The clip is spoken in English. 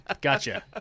Gotcha